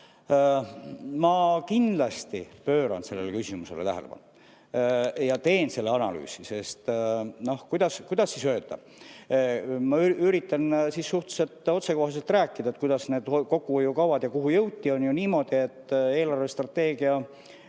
Ma kindlasti pööran sellele küsimusele tähelepanu ja teen selle analüüsi. Kuidas siis öelda? Ma üritan suhteliselt otsekoheselt rääkida, kuidas need kokkuhoiukavad tehti ja kuhu jõuti. On ju niimoodi, et eelarvestrateegia